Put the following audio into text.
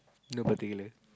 nobody leh